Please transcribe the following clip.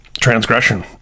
Transgression